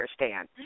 understand